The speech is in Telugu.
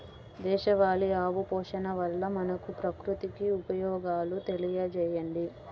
దేశవాళీ ఆవు పోషణ వల్ల మనకు, ప్రకృతికి ఉపయోగాలు తెలియచేయండి?